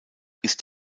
ist